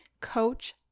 coach